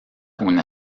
una